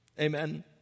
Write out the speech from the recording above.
Amen